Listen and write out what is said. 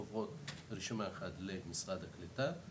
עוברות בהעתק אחד למשרד הקליטה,